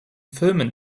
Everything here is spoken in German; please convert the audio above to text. filmen